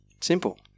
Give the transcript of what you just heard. Simple